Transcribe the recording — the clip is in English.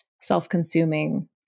self-consuming